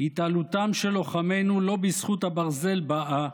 "התעלותם של לוחמינו לא בזכות הברזל באה,